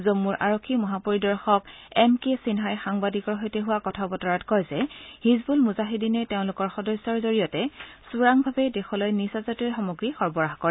জম্মুৰ আৰক্ষী মহাপৰিদৰ্শক এম কে সিনহাই সাংবাদিকৰ সৈতে হোৱা কথা বতৰাত কয় যে হিজবুল মুজাহিদিনে তেওঁলোকৰ সদস্যৰ জৰিয়তে চোৰাংভাবে দেশলৈ নিচাজাতীয় সামগ্ৰী সৰবৰাহ কৰে